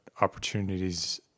opportunities